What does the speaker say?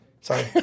Sorry